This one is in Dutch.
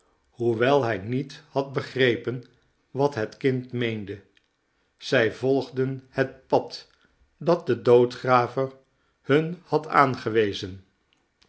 hoewel hij niet had begrepen wat het kind meende zij volgden het pad dat de doodgraver hun had aangewezen